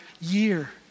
year